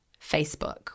Facebook